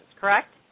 Correct